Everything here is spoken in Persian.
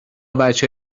وجه